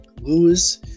Lewis